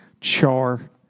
Char